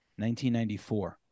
1994